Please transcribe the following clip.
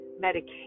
medication